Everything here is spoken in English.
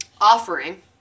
offering